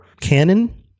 canon